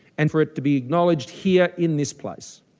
and for it to be acknowledged here in this place.